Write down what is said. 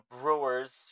Brewers